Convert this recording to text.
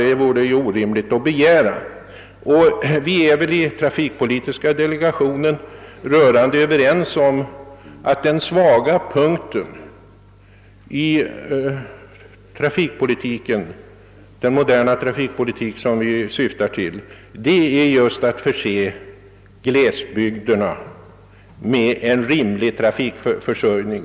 Det är orimligt att begära att allting redan skall klaffa. I trafikpolitiska delegationen är vi också eniga om att den svaga punkten i den moderna trafikpolitik som vi försöker bedriva är just glesbygdernas trafikförsörjning.